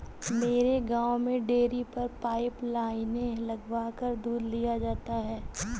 मेरे गांव में डेरी पर पाइप लाइने लगाकर दूध लिया जाता है